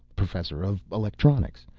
professor of electronics,